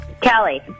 Kelly